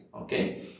Okay